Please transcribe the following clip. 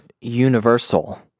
universal